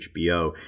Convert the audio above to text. HBO